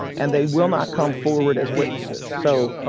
and they will not come forward as witnesses. so,